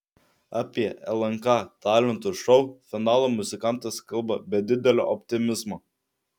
apie lnk talentų šou finalą muzikantas kalba be didelio optimizmo